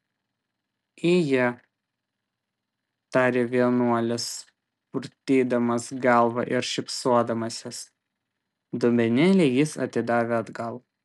ije tarė vienuolis purtydamas galva ir šypsodamasis dubenėlį jis atidavė atgal